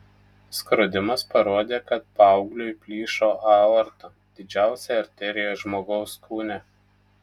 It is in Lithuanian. skrodimas parodė kad paaugliui plyšo aorta didžiausia arterija žmogaus kūne